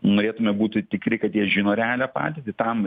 norėtume būti tikri kad jie žino realią padėtį tam